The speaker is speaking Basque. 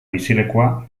bizilekua